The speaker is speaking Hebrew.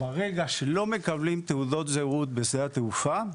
ברגע שלא מקבלים תעודות זהות בשדה התעופה,